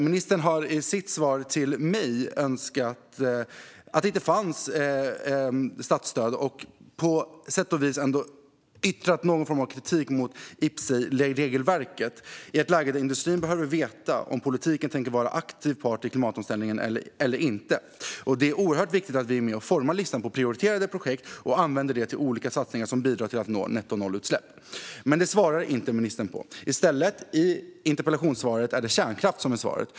Ministern har i sitt svar till mig önskat att det inte fanns statsstöd och på sätt och vis ändå yttrat någon form av kritik mot IPCEI-regelverket i ett läge där industrin behöver veta om politiken kommer att vara en aktiv part i klimatomställningen eller inte. Det är oerhört viktigt att vi är med och formar listan på prioriterade projekt och använder den till olika satsningar som bidrar till att nå nettonollutsläpp. Men detta svarar ministern inte på. I stället är det kärnkraft som är svaret i interpellationssvaret.